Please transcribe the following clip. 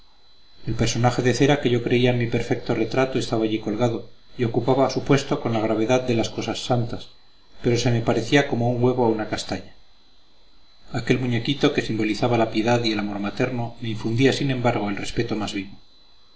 el personaje de cera que yo creía mi perfecto retrato estaba allí colgado y ocupaba su puesto con la gravedad de las cosas santas pero se me parecía como un huevo a una castaña aquel muñequito que simbolizaba la piedad y el amor materno me infundía sin embargo el respeto más vivo